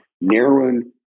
narrowing